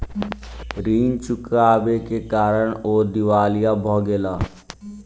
ऋण चुकबै के कारण ओ दिवालिया भ गेला